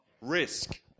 Risk